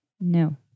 No